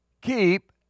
Keep